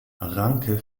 ranke